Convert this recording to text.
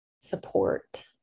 support